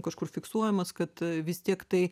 kažkur fiksuojamas kad vis tiek tai